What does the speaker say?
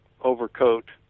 overcoat